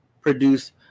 produce